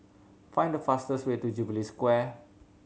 find the fastest way to Jubilee Square